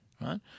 right